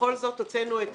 ובכל זאת, הוצאנו את